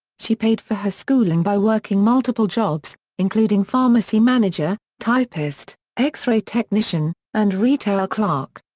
she paid for her schooling by working multiple jobs, including pharmacy manager, typist, x-ray technician, and retail clerk.